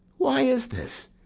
why is this?